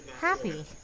happy